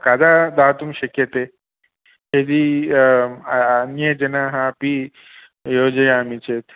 कदा दातुं शक्यते यदि अन्ये जनाः अपि योजयामि चेत्